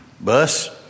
bus